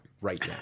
right